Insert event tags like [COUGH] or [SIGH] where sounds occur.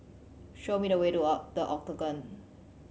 show me the way to [UNINTELLIGIBLE] The Octagon